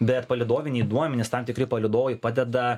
bet palydoviniai duomenys tam tikri palydovai padeda